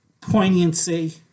poignancy